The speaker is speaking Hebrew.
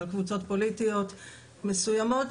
על קבוצות פוליטיות מסויימות,